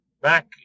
back